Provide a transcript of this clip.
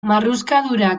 marruskadura